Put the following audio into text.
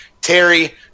Terry